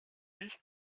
ich